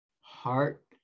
heart